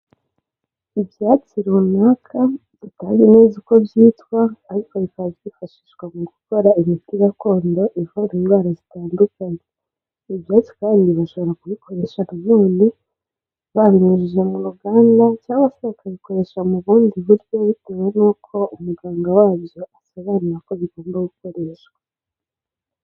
Ibyatsi runaka bitazwi neza uko byitwa ariko bikajya hifashishwa mu gukora imiti gakondo ivura indwara zitandukanye. Ibi byatsi kandi bashobora kubikoresha nanoni babinyujije mu ruganda cyangwa se bakabikoresha mu bundi buryo, bitewe n'uko umuganga wabyo asobanura ko bigomba gukoreshwa.